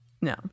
No